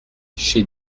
chez